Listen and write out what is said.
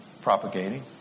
propagating